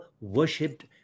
worshipped